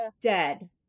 dead